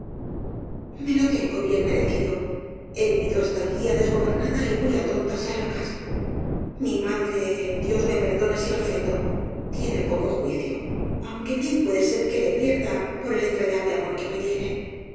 e lo tengo bien merecido he vivido hasta el día desgobernada y muy á tontas y á locas mi madre dios me perdone si la ofendo tiene poco juicio aunque bien puede ser que le pierda por el entrañable amor que me tiene lo